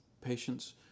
Patients